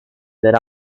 that